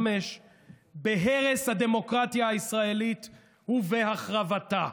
בהרס הדמוקרטיה הישראלית ובהחרבתה,